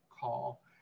call